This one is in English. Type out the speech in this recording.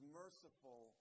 merciful